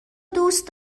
دوست